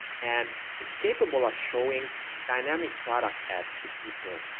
and it's capable of showing dynamic product ads to people.